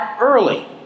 early